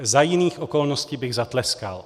Za jiných okolností bych zatleskal.